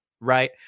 right